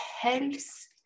health